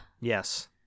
Yes